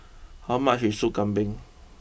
how much is Sop Kambing